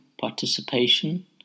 participation